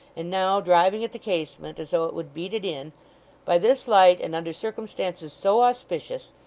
and now driving at the casement as though it would beat it in by this light, and under circumstances so auspicious,